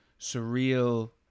surreal